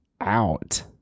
out